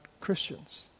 Christians